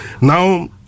Now